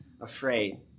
afraid